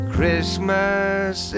Christmas